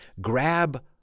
grab